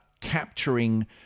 capturing